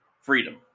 freedom